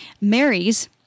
marries